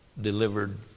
delivered